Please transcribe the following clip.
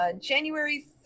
January